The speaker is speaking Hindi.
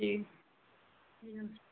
जी जी नमस्ते